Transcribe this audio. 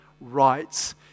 rights